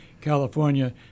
California